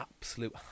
absolute